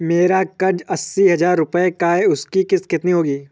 मेरा कर्ज अस्सी हज़ार रुपये का है उसकी किश्त कितनी होगी?